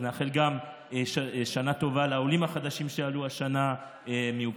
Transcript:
אז נאחל גם שנה טובה לעולים החדשים שעלו השנה מאוקראינה,